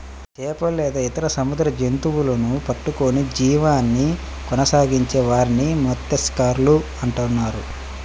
చేపలు లేదా ఇతర సముద్ర జంతువులను పట్టుకొని జీవనాన్ని కొనసాగించే వారిని మత్య్సకారులు అంటున్నారు